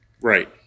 Right